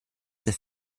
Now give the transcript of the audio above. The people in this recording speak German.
der